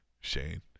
Shane